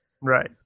Right